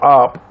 up